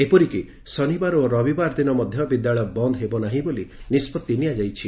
ଏପରିକି ଶନିବାର ଓ ରବିବାର ଦିନ ମଧ ବିଦ୍ୟାଳୟ ବନ ହେବ ନାହିଁ ବୋଲି ନିଷ୍ବଭି ନିଆଯାଇଛି